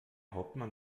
hauptmann